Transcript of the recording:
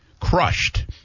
crushed